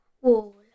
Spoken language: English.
wall